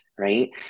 right